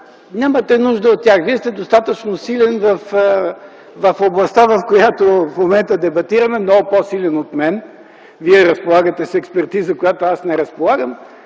Нямате нужда от тях. Вие сте достатъчно силен в областта, в която в момента дебатираме, много по-силен от мен. Вие разполагате с експертиза, с която аз не разполагам.